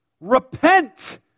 Repent